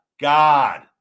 God